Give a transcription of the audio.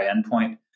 endpoint